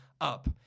up